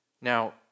Now